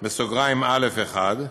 (א1)